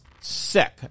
sick